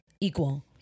equal